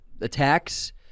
attacks